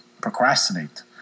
procrastinate